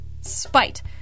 Spite